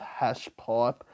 Hashpipe